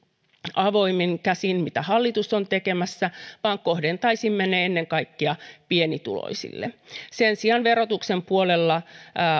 avoimin käsin kuin hallitus on tekemässä vaan kohdentaisimme ne ennen kaikkea pienituloisille sen sijaan verotuksen puolella